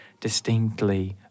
distinctly